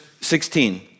16